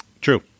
True